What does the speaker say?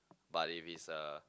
but if it's a